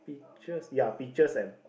peaches ya peaches and